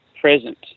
present